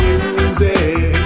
music